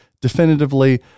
definitively